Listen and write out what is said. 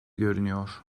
görünüyor